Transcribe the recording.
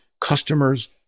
customers